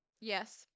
Yes